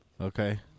okay